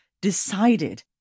decided